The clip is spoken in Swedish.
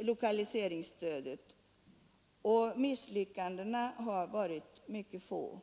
lokaliseringsstödet, och misslyckandena har varit mycket få.